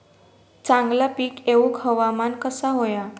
चांगला पीक येऊक हवामान कसा होया?